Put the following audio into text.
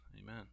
Amen